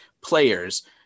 players